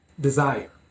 desire